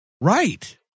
Right